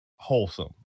wholesome